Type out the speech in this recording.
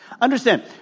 Understand